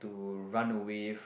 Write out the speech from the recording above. to run away